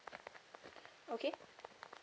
okay